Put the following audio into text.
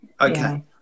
Okay